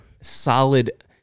solid